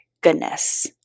goodness